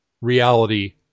reality